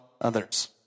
others